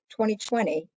2020